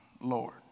Lord